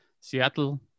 Seattle